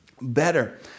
better